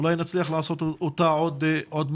אולי נצליח לעשות אותה מחר.